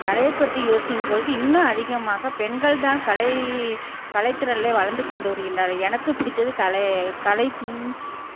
கலையை பற்றி யோசிக்கும்பொழுது இன்னும் அதிகமாக பெண்கள் தான் கலை கலைத்துறையிலே வளர்ந்துக் கொண்டு வருகின்றார்கள் எனக்குப் பிடித்தது கலை கலை